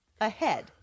ahead